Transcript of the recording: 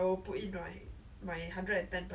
要早起